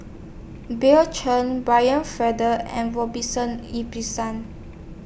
Bill Chen Brian Farrell and Ibbetson